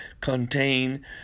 contain